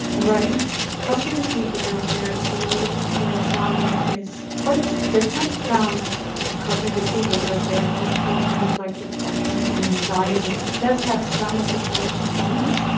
cognitive behavioural therapy for insomnia is quite different from cognitive behavioural therapy for things like depression and anxiety, it does have some of the same components,